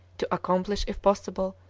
to accomplish, if possible,